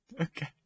Okay